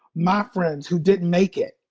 my friends who didn't make it.